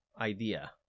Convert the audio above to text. idea